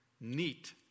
neat